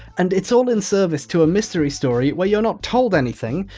and it's all in service to a mystery story where you're not told anything,